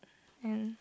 and